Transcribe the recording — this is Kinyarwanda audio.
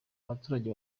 abaturage